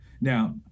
Now